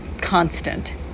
Constant